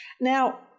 Now